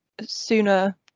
sooner